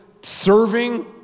serving